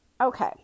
Okay